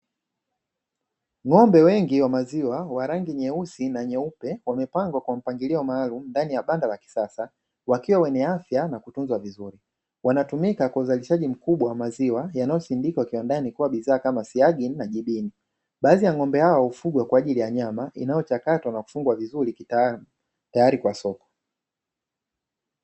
Ng'ombe wengi wa maziwa wa rangi nyeusi na nyeupe, wamepangwa kwa mpangilio maalumu ndani ya banda la kisasa, wakiwa wenye afya na kutunzwa vizuri. Wanatumika kwa uzalishaji mkubwa wa maziwa, yanayosindikwa kiwandani kuwa bidhaa kama siagi na jibini. Baadhi ya ng'ombe hao hufugwa kwa ajili ya nyama, inayochakatwa na kufungwa vizuri kitaalamu tayari kwa soko.